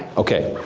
okay.